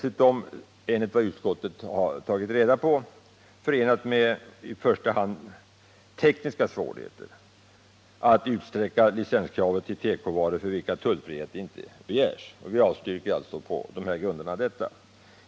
Att utsträcka licenskravet till tekovaror, för vilka tullfrihet inte begärs, är enligt vad utskottet inhämtat dessutom förenat med i första hand tekniska svårigheter. Vi avstyrker således detta förslag på nämnda grunder.